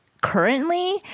currently